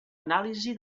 anàlisi